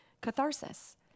catharsis